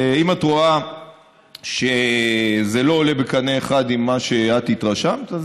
אם את רואה שזה לא עולה בקנה אחד עם מה שאת התרשמת,